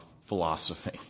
philosophy